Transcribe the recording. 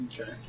Okay